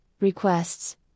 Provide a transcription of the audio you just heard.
requests